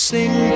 Sing